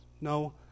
No